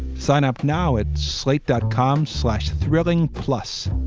sign up now at slate dot com slash thrilling. plus,